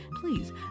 please